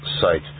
site